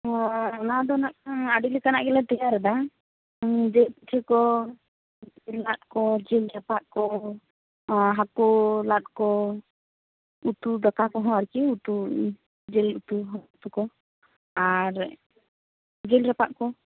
ᱚᱱᱟ ᱫᱚ ᱱᱟᱜ ᱠᱷᱟᱱ ᱟᱹᱰᱤ ᱞᱮᱠᱟᱱᱟᱜ ᱜᱮᱞᱮ ᱛᱮᱭᱟᱨ ᱮᱫᱟ ᱡᱮᱞ ᱯᱤᱴᱷᱟᱹ ᱠᱚ ᱡᱤᱞ ᱞᱟᱫ ᱠᱚ ᱡᱤᱞ ᱨᱟᱯᱟᱜ ᱠᱚ ᱦᱟᱠᱩ ᱞᱟᱫ ᱠᱚ ᱩᱛᱩ ᱫᱟᱠᱟ ᱠᱚᱦᱚᱸ ᱟᱨᱠᱤ ᱩᱛᱩ ᱡᱤᱞ ᱩᱛᱩ ᱦᱟᱠᱩ ᱠᱚ ᱟᱨ ᱡᱤᱞ ᱨᱟᱯᱟᱜ ᱠᱚ